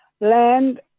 land